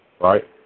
Right